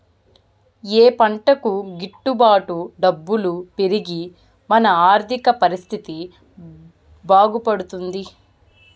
ఏ పంటకు గిట్టు బాటు డబ్బులు పెరిగి మన ఆర్థిక పరిస్థితి బాగుపడుతుంది?